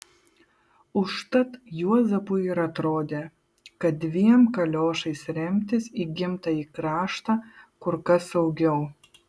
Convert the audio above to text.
užtat juozapui ir atrodė kad dviem kaliošais remtis į gimtąjį kraštą kur kas saugiau